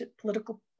political